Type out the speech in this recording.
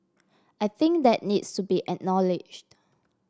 I think that needs to be acknowledged